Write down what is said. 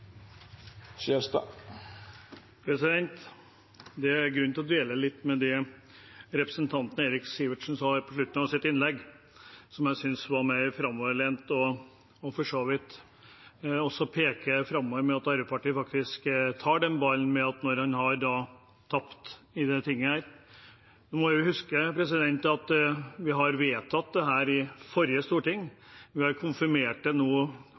Det er grunn til å dvele litt ved det representanten Eirik Sivertsen sa på slutten av sitt innlegg, som jeg synes var framoverlent og for så vidt peker framover ved at Arbeiderpartiet tar ballen når de har tapt i dette tinget. Vi må huske at vi vedtok dette i forrige storting. Vi har nå konfirmert det tre ganger i dette stortinget. Da er det vel på tide at vi